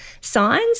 signs